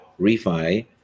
refi